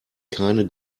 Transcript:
keine